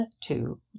two